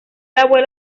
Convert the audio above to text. abuelo